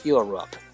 Europe